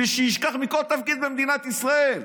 ושישכח מכל תפקיד במדינת ישראל.